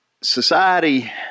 Society